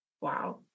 wow